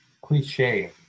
Cliche